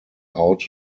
out